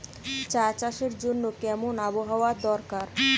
চা চাষের জন্য কেমন আবহাওয়া দরকার?